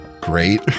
Great